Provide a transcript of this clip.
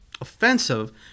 offensive